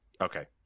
okay